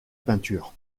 peinture